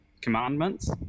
commandments